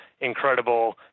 incredible